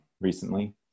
recently